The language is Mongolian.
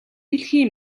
дэлхий